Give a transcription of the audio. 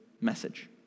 message